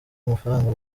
amafaranga